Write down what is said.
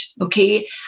Okay